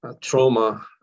Trauma